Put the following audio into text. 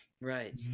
right